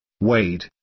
Wade